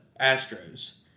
Astros